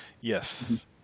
Yes